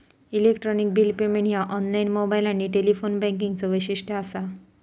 electronic bill payment ह्या online, mobile आणि telephone बँकिंगचो वैशिष्ट्य असा